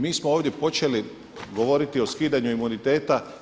Mi smo ovdje počeli govoriti o skidanju imuniteta.